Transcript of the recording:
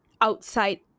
outside